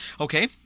Okay